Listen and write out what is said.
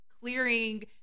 clearing